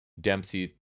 Dempsey